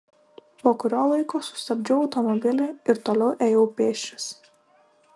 po kurio laiko sustabdžiau automobilį ir toliau ėjau pėsčias